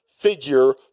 figure